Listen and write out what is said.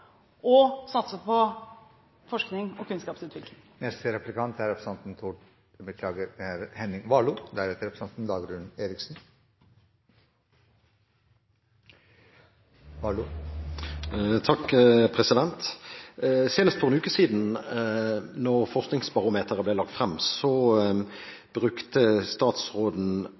å satse på forskning og kunnskapsutvikling. Senest for en uke siden, da forskningsbarometeret ble lagt frem, brukte statsråden